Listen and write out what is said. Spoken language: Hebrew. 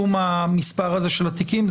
בצמצום המספר הזה של התיקים?